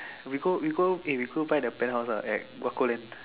we go we go eh we go buy the penthouse ah at Guaco land